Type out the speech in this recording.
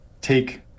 take